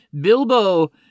Bilbo